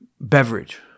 beverage